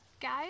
guys